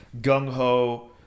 gung-ho